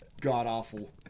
god-awful